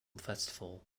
festival